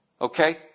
Okay